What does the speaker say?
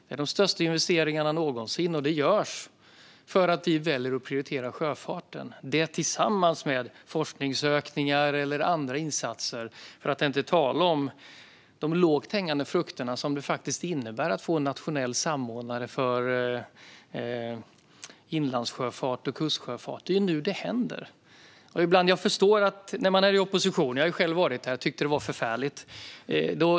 Det är de största investeringarna någonsin, och de görs för att vi väljer att prioritera sjöfarten. Detta tillsammans med forskningsökningar eller andra insatser - för att inte tala om de lågt hängande frukter som det faktiskt innebär att få en nationell samordnare för inlandssjöfart och kustsjöfart - gör att det är nu det händer. Jag har själv varit i opposition, och jag tyckte att det var förfärligt.